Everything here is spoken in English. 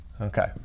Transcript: Okay